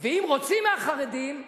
ואם רוצים מהחרדים,